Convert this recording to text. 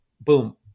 Boom